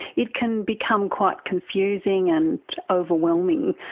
it can become quite confusing and overwhelming,